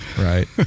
Right